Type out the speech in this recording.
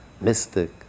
mystic